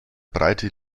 breite